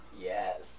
Yes